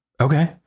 okay